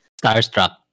Starstruck